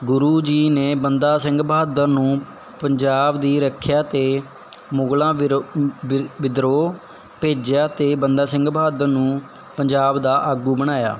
ਗੁਰੂ ਜੀ ਨੇ ਬੰਦਾ ਸਿੰਘ ਬਹਾਦਰ ਨੂੰ ਪੰਜਾਬ ਦੀ ਰੱਖਿਆ ਅਤੇ ਮੁਗਲਾਂ ਵਿਰੋ ਵਿਦਰੋਹ ਭੇਜਿਆ ਅਤੇ ਬੰਦਾ ਸਿੰਘ ਬਹਾਦਰ ਨੂੰ ਪੰਜਾਬ ਦਾ ਆਗੂ ਬਣਾਇਆ